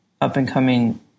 up-and-coming